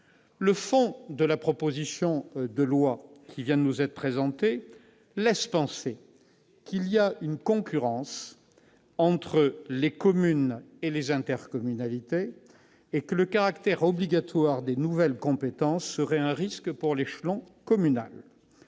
Le fond de la présente proposition de loi laisse penser qu'il y a une concurrence entre les communes et les intercommunalités et que le caractère obligatoire des nouvelles compétences représenterait un risque pour l'échelon communal.